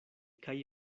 kaj